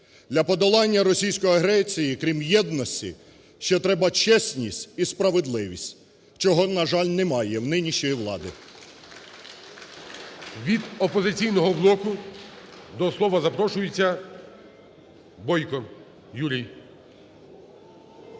Для подолання російської агресії, крім єдності, ще треба чесність і справедливість, чого, на жаль, немає в нинішньої влади. ГОЛОВУЮЧИЙ. Від "Опозиційного блоку" до слова запрошується Бойко Юрій.